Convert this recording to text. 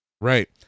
Right